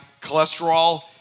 cholesterol